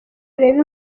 urebe